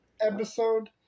episode